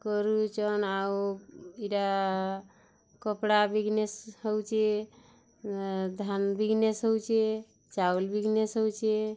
କରୁଛନ୍ ଆଉ ଇଟା କପଡ଼ା ବିଜିନେସ୍ ହଉଛେ ଧାନ୍ ବିଜିନେସ୍ ହଉଛେ ଚାଉଲ୍ ବିଜିନେସ୍ ହଉଛେ